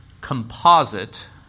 composite